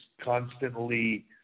constantly